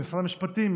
במשרד המשפטים,